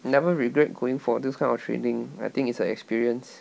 never regret going for this kind of training I think it's an experience